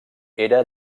era